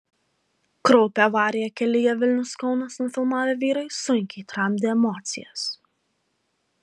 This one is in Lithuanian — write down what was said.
kraupią avariją kelyje vilnius kaunas nufilmavę vyrai sunkiai tramdė emocijas